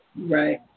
Right